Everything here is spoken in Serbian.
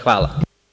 Hvala.